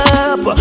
up